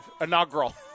inaugural